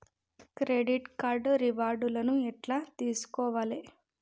Credit card reward లను ఎట్ల తెలుసుకోవాలే?